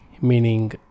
meaning